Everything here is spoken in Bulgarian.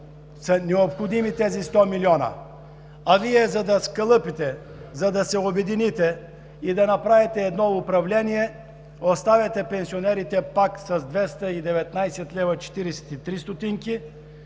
са необходими тези 100 милиона. А Вие, за да скалъпите, за да се обедините и да направите едно управление, оставяте пенсионерите пак с 219,43 лв.